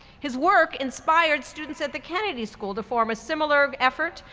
his work inspired students at the kennedy school to form a similar effort.